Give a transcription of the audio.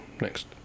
Next